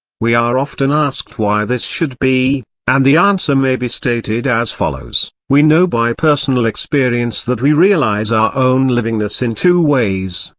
we are often asked why this should be, and the answer may be stated as follows we know by personal experience that we realise our own livingness in two ways,